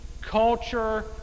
culture